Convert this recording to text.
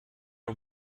are